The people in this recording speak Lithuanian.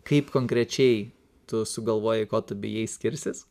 kaip konkrečiai tu sugalvojai ko tu bijai skirsis